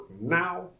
now